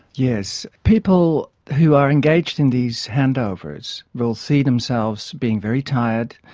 yes. people who are engaged in these handovers will see themselves being very tired,